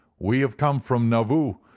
we have come from nauvoo,